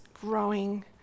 growing